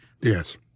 Yes